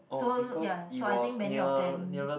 so ya so I think many of them